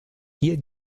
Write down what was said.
hier